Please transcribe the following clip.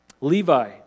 Levi